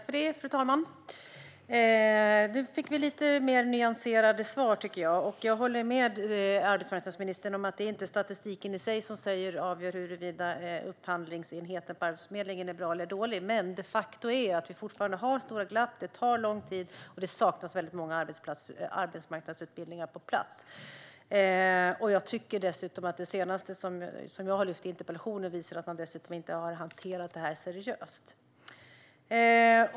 Fru talman! Nu fick vi lite mer nyanserade svar, tycker jag. Jag håller med arbetsmarknadsministern om att det inte är statistiken i sig som avgör huruvida upphandlingsenheten på Arbetsförmedlingen är bra eller dålig, men faktum är att vi fortfarande har stora glapp, att det fortfarande tar lång tid och att det fortfarande saknas många arbetsmarknadsutbildningar på plats. Jag tycker dessutom att det senaste, som jag har lyft fram i interpellationen, visar att man inte har hanterat detta seriöst.